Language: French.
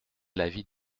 l’avis